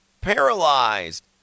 paralyzed